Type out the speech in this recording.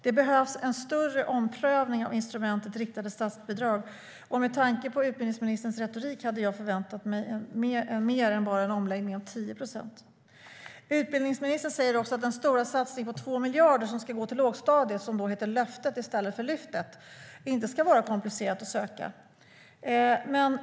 Det behövs en större omprövning av instrumentet riktade statsbidrag, och med tanke på utbildningsministerns retorik hade jag förväntat mig mer än bara en omläggning av 10 procent. Utbildningsministern säger också att den stora satsning på 2 miljarder som ska gå till lågstadiet - den heter Löftet i stället för Lyftet - inte ska vara komplicerad att söka.